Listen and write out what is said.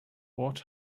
what